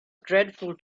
dreadful